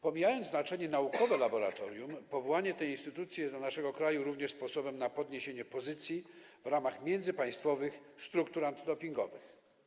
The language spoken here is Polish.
Pomijając znaczenie naukowe laboratorium: powołanie tej instytucji jest dla naszego kraju również sposobem na podniesienie pozycji w ramach międzypaństwowych struktur antydopingowych.